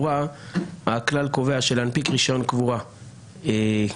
הכלל קובע שלהנפיק רישיון קבורה כשיש